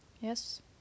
yes